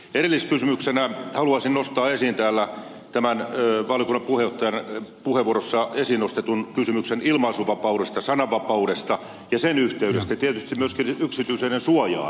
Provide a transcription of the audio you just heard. erilliskysymyksenä haluaisin nostaa esiin tämän valiokunnan puheenjohtajan puheenvuorossa esiin nostetun kysymyksen ilmaisuvapaudesta sananvapaudesta ja sen yhteydestä tietysti myöskin yksityisyyden suojaan